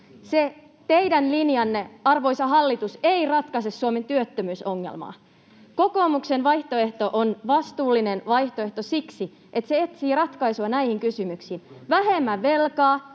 teidän linjanne, arvoisa hallitus, ei ratkaise Suomen työttömyysongelmaa. Kokoomuksen vaihtoehto on vastuullinen vaihtoehto siksi, että se etsii ratkaisuja näihin kysymyksiin. Vähemmän velkaa